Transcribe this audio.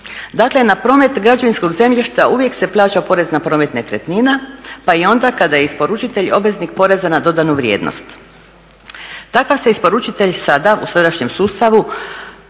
Dakle, na promet građevinskog zemljišta uvijek se plaća porez na promet nekretnina, pa i onda kada je isporučitelj obveznik poreza na dodanu vrijednost. Takav se isporučitelj sada u sadašnjem sustavu